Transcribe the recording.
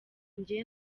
njye